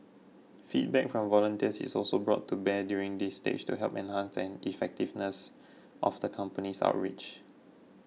feedback from volunteers is also brought to bear during this stage to help enhance the effectiveness of the company's outreach